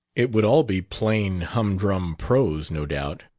it would all be plain, humdrum prose, no doubt.